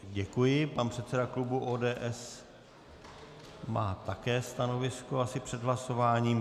Děkuji, pan předseda klubu ODS má také stanovisko asi před hlasováním.